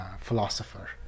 philosopher